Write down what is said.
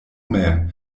mem